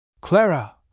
Clara